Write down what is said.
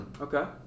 Okay